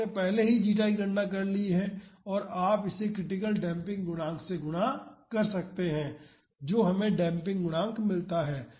तो आपने पहले ही जीटा की गणना कर ली है और आप इसे क्रिटिकल डेम्पिंग गुणांक से गुणा कर सकते हैं जो हमें डेम्पिंग गुणांक मिलता है